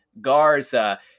Garza